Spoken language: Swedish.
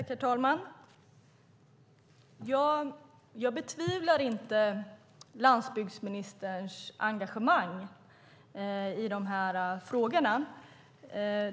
Herr talman! Jag betvivlar inte landsbygdsministerns engagemang i de här frågorna.